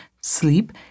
sleep